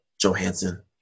Johansson